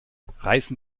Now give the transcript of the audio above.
reißen